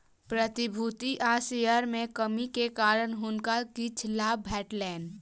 प्रतिभूति आ शेयर में कमी के कारण हुनका किछ लाभ भेटलैन